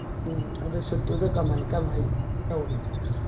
ꯎꯝ ꯑꯗꯨ ꯁꯨꯠꯇꯨꯗ ꯀꯃꯥꯏ ꯀꯃꯥꯏ ꯇꯧꯔꯤ